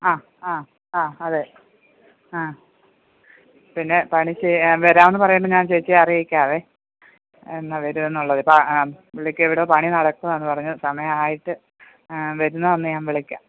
ആ ആ ആ അതെ ആ പിന്നെ പണിക്ക് വരാമെന്ന് പറയുമ്പം ഞാൻ ചേച്ചിയെ അറിയിക്കാമേ എന്നാൽ വരുവോ എന്നുള്ളത് ഇപ്പം പുള്ളിക്കിവിടെ പണി നടക്കുവാണെന്ന് പറഞ്ഞു സമയം ആയിട്ട് വരുന്ന അന്ന് ഞാൻ വിളിക്കാം